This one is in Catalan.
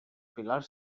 pilars